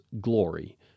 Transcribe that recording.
glory